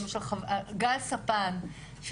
למשל גל ספן,